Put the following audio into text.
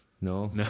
No